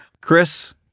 Chris